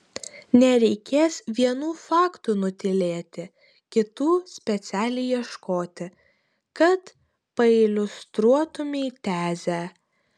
nereikės vienų faktų nutylėti kitų specialiai ieškoti kad pailiustruotumei tezę